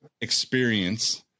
experience